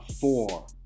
Four